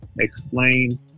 explain